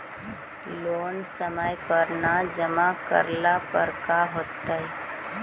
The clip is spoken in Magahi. लोन समय पर न जमा करला पर का होतइ?